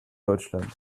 deutschland